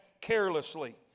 carelessly